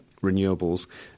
renewables